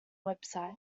website